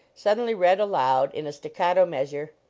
suddenly read aloud, in a staccato measure.